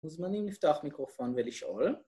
‫מוזמנים לפתוח מיקרופון ולשאול